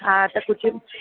हा त कुझु